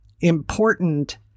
important